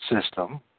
system